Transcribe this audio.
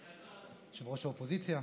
יושב-ראש האופוזיציה,